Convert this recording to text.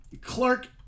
Clark